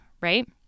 right